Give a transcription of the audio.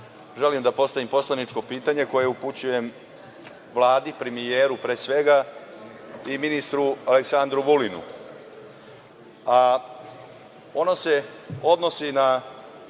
želim da postavim poslaničko pitanje koje upućujem Vladi, premijeru pre svega i ministru Aleksandru Vulinu. Ono se odnosi na